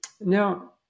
Now